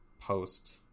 post